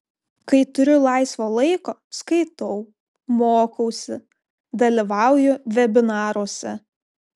kai turiu laisvo laiko skaitau mokausi dalyvauju vebinaruose